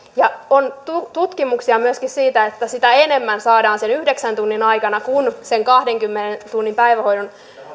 ja on tutkimuksia myöskin siitä että sitä enemmän saadaan sen yhdeksän tunnin aikana kuin sen kahdenkymmenen tunnin päivähoidon